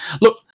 Look